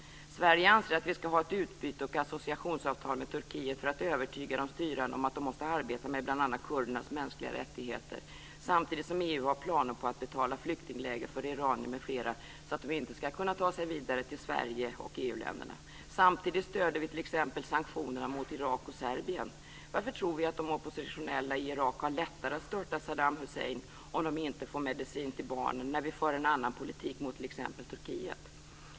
Sverige anser att vi ska ha ett utbyte och associationsavtal med Turkiet för att övertyga de styrande om att de måste arbeta med bl.a. kurdernas mänskliga rättigheter, samtidigt som EU har planer på att betala flyktingläger för iranier m.fl. för att de inte ska kunna ta sig vidare till Sverige och EU-länderna. Samtidigt stöder vi t.ex. sanktionerna mot Irak och Serbien? Varför tror vi att de oppositionella i Irak har lättare att störta Saddam Hussein om de inte får medicin till barnen när vi för en annan politik mot t.ex. Turkiet?